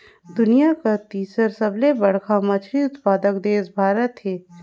दुनिया कर तीसर सबले बड़खा मछली उत्पादक देश भारत हे